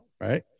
Right